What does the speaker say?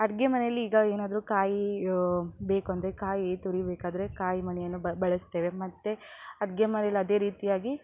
ಅಡುಗೆ ಮನೇಲ್ಲೀಗ ಏನಾದರೂ ಕಾಯಿ ಬೇಕು ಅಂದರೆ ಕಾಯಿ ತುರಿಬೇಕಾದರೆ ಕಾಯಿ ಮಣೆಯನ್ನು ಬಳಸ್ತೇವೆ ಮತ್ತು ಅಡುಗೆ ಮನೇಲಿ ಅದೇ ರೀತಿಯಾಗಿ